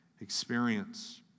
experience